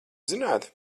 zināt